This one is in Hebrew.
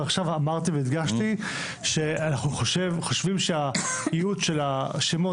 עכשיו אמרתי והדגשתי שאנחנו חושבים שהאיות של השמות